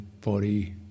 body